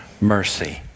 mercy